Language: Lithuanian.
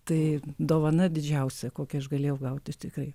tai dovana didžiausia kokią aš galėjau gauti tikrai